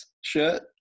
shirt